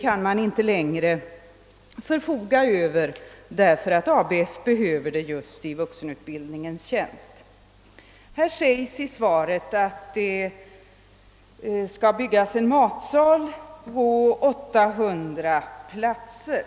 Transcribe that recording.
kan detta inte längre förfoga över, därför att ABF behöver dem just i vuxenutbildningens tjänst. Statsrådet säger i svaret att det skall byggas en matsal med 800 platser.